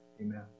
Amen